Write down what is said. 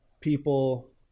people